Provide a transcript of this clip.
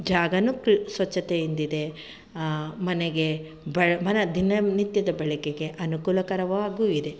ಜಾಗವೂ ಕ್ ಸ್ವಚ್ಛತೆಯಿಂದಿದೆ ಮನೆಗೆ ಬ ಮನೆ ದಿನನಿತ್ಯದ ಬಳಕೆಗೆ ಅನುಕೂಲಕರವಾಗೂ ಇದೆ